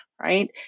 right